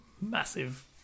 massive